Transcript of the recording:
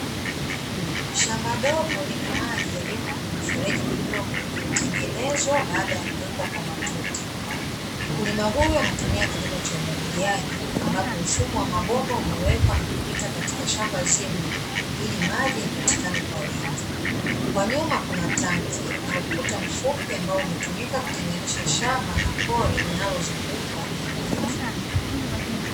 Shamba dogo lina maji yaliyoko kwenye mifereji midogo iliyotengenezwa baada ya kuwekwa kwa matuta. Mkulima huyu anatumia kilimo cha umwagiliaji ambapo mfumo wa mabomba umewekwa na kupita katika shamba zima ili maji yapatikane kwa wingi. Kwa nyuma kuna tanki na ukuta mfupi ambao umetumika kutenganisha shamba na pori linalozunguka eneo hili.